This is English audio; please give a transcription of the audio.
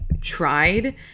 tried